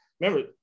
Remember